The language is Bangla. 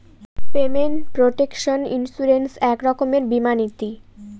পেমেন্ট প্রটেকশন ইন্সুরেন্স এক রকমের বীমা নীতি